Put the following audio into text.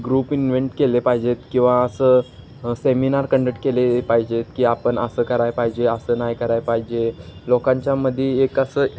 group invent केले पाहिजेत किंवा असं सेमिनार कंडक्ट केले पाहिजेत की आपण असं करायला पाहिजे असं नाही करायला पाहिजे लोकांच्यामध्ये एक असं